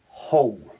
whole